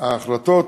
ההחלטות